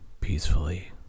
peacefully